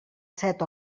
set